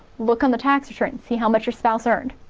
look on the tax return and see how much your spouse earned.